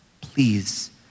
please